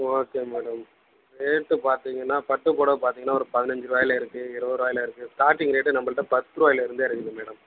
okay madam rate பார்த்தீங்கன்னா பட்டுப் புடவ பார்த்தீங்கன்னா ஒரு பதினைஞ்சி ருபாயில இருக்குது இருபது ருபாயில இருக்குது ஸ்டார்ட்டிங் ரேட்டே நம்மள்ட்ட பத்துருவாயிலேருந்தே இருக்குது மேடம்